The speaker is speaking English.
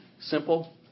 simple